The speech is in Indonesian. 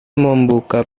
membuka